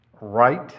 Right